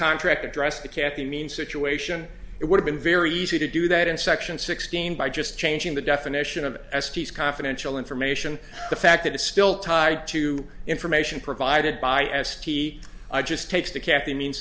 contract address the cap you mean situation it would have been very easy to do that in section sixteen by just changing the definition of estes confidential information the fact that it's still tied to information provided by s p i just takes the caffeine